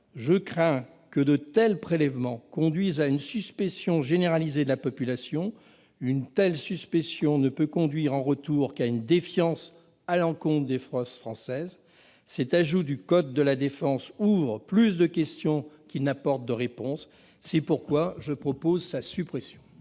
Je crains que de tels prélèvements conduisent à une suspicion généralisée de la part de la population ; une telle suspicion ne peut produire qu'une défiance à l'encontre des forces françaises. Cet ajout au code de la défense ouvre donc plus de questions qu'il n'apporte de réponses. C'est pourquoi je propose sa suppression.